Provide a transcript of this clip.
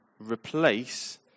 replace